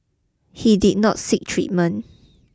he did not seek treatment